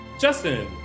Justin